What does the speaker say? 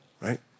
right